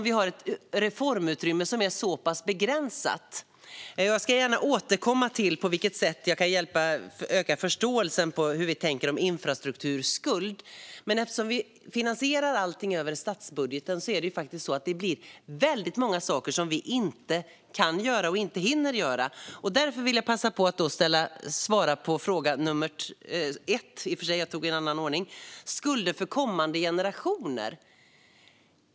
Vi har ett reformutrymme som är så pass begränsat. Jag ska gärna återkomma till på vilket sätt jag kan öka förståelsen för hur vi tänker om infrastrukturskuld. Eftersom vi finansierar allting över statsbudgeten blir det väldigt många saker som vi inte kan göra och inte hinner göra. Jag vill passa på att svara på den första frågan om skulder för kommande generationer.